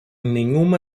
nenhuma